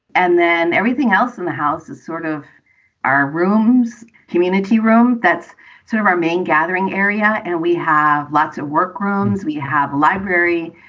and then everything else in the house is sort of our rooms, humanity room. that's sort of our main gathering area. and we have lots of work rooms. we have library.